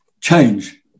change